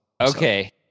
Okay